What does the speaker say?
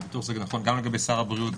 זה נכון גם לגבי שר הבריאות,